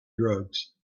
drugs